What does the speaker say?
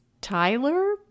Tyler